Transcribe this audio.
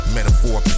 Metaphor